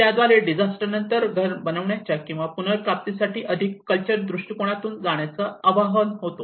त्याद्वारे डिजास्टर नंतर घर बनवण्याच्या किंवा पुनर्प्राप्तीसाठी अधिक कल्चर दृष्टिकोनातून जाण्याचा आवाहन होतो